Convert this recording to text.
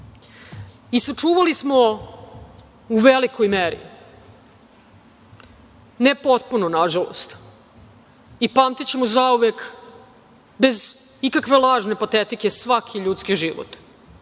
nogama. Sačuvali smo, u velikoj meri, ne potpuno na žalost, i pamtićemo zauvek, bez ikakve lažne patetike, svaki ljudski život,